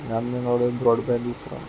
ഞാൻ നിങ്ങളുടെ ബോഡബാൻഡ് യൂസറാണ്